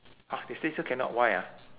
1huh! they say still cannot why ah